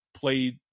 played